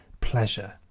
pleasure